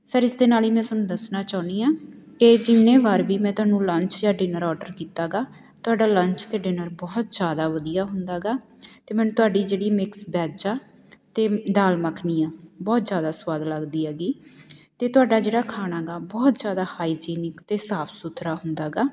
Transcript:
sir ਇਸ ਦੇ ਨਾਲ ਹੀ ਮੈਂ ਤੁਹਾਨੂੰ ਦੱਸਣਾ ਚਾਹੁੰਦੀ ਹਾਂ ਕਿ ਜਿੰਨੇ ਵਾਰ ਵੀ ਮੈਂ ਤੁਹਾਨੂੰ ਲੰਚ ਜਾਂ ਡਿਨਰ ਔਡਰ ਕੀਤਾ ਗਾ ਤੁਹਾਡਾ ਲੰਚ ਅਤੇ ਡਿਨਰ ਬਹੁਤ ਜ਼ਿਆਦਾ ਵਧੀਆ ਹੁੰਦਾ ਹੈਗਾ ਅਤੇ ਮੈਨੂੰ ਤੁਹਾਡੀ ਜਿਹੜੀ ਮਿਕਸ ਵੈੱਜ ਆ ਅਤੇ ਦਾਲ ਮੱਖਣੀ ਆ ਬਹੁਤ ਜ਼ਿਆਦਾ ਸਵਾਦ ਲੱਗਦੀ ਐਗੀ ਅਤੇ ਤੁਹਾਡਾ ਜਿਹੜਾ ਖਾਣਾ ਗਾ ਬਹੁਤ ਜ਼ਿਆਦਾ ਹਾਈਜੀਨਿਕ ਜ਼ਿਤੇ ਸਾਫ਼ ਸੁਥਰਾ ਹੁੰਦਾ ਗਾ